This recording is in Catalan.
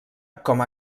com